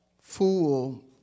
Fool